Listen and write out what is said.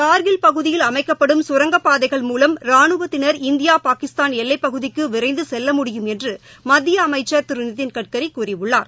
கா்கில் பகுதியில் அமைக்கப்படும் கரங்கப்பாதைகள் மூலம் ராணுவத்தினா் இந்தியா பாகிஸ்தான் எல்லைப்பகுதிக்குவிரைந்துசெல்ல முடியும் என்றுமத்தியஅமைச்சர் திருநிதின் கட்கரிகூறியுள்ளார்